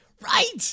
Right